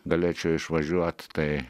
galėčiau išvažiuot tai